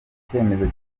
icyemezo